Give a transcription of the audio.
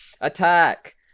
Attack